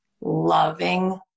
loving